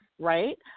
right